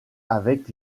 avec